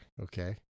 okay